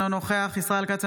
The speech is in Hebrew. אינו נוכח ישראל כץ,